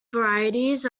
varieties